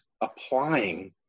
applying